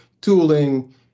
tooling